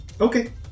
Okay